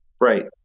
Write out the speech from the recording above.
right